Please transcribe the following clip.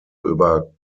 über